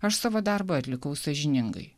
aš savo darbą atlikau sąžiningai